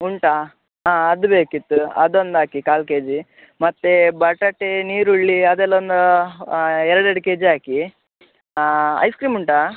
ಉಂಟ ಆ ಅದು ಬೇಕಿತ್ತು ಅದೊಂದು ಹಾಕಿ ಕಾಲು ಕೆಜಿ ಮತ್ತೆ ಬಟಾಟೆ ನೀರುಳ್ಳಿ ಅದೆಲ್ಲ ಒಂದು ಎರಡು ಎರಡು ಕೆಜಿ ಹಾಕಿ ಹಾಂ ಐಸ್ ಕ್ರೀಮ್ ಉಂಟ